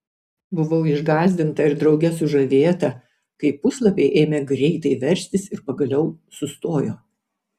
buvau išgąsdinta ir drauge sužavėta kai puslapiai ėmė greitai verstis ir pagaliau sustojo